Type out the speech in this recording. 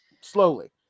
slowly